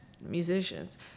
musicians